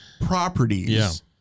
properties